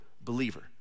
believer